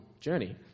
journey